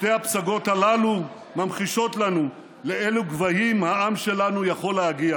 שתי הפסגות הללו ממחישות לנו לאילו גבהים העם שלנו יכול להגיע.